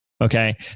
Okay